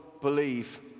believe